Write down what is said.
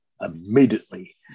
immediately